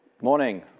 Morning